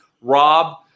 Rob